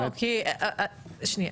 שניה.